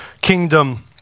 kingdom